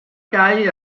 gau